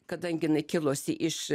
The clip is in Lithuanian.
kadangi jinai kilusi iš